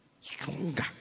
Stronger